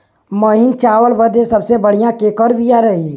महीन चावल बदे सबसे बढ़िया केकर बिया रही?